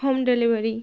home delivery